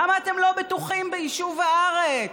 למה אתם לא בטוחים ביישוב הארץ?